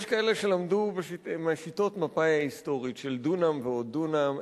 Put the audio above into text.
יש כאלה שלמדו משיטות מפא"י ההיסטורית של דונם ועוד דונם,